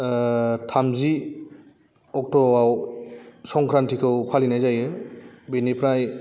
थामजि अक्ट'आव संक्रान्थिखौ फालिनाय जायो बिनिफ्राय